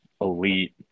elite